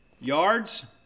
Yards